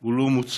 הוא לא מוצלח